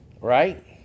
right